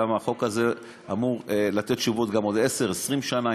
גם אם החוק הזה אמור לתת תשובות גם עוד 10 20 שנה,